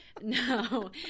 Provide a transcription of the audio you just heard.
No